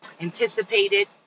anticipated